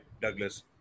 Douglas